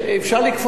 אפשר לקפוץ כל הזמן,